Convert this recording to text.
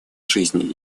жизни